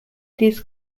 these